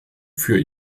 für